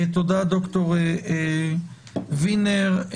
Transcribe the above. תודה, דוקטור אסף וינר.